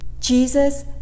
Jesus